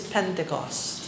Pentecost